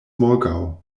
morgaŭ